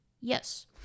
Yes